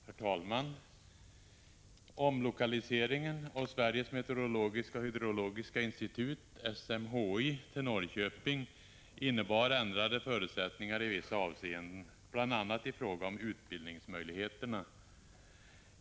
Herr talman! Omlokaliseringen av Sveriges meteorologiska och hydrologiska institut — SMHI — till Norrköping innebar ändrade förutsättningar i vissa avseenden, bl.a. i fråga om utbildningsmöjligheterna.